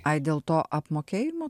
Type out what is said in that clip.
ai dėl to apmokėjimo